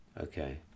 Okay